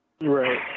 Right